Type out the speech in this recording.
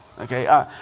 okay